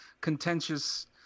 contentious